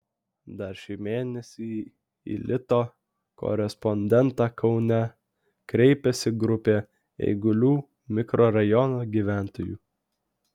dar šį mėnesį į lito korespondentą kaune kreipėsi grupė eigulių mikrorajono gyventojų